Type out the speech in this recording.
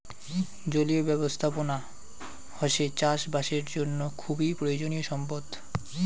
জলীয় ব্যবস্থাপনা হসে চাষ বাসের জন্য খুবই প্রয়োজনীয় সম্পদ